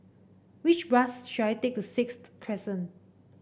which bus should I take to Sixth Crescent